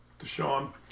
Deshaun